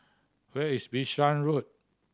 where is Bishan Road